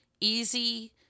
easy